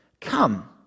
come